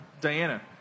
Diana